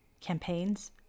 Campaigns